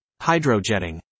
Hydrojetting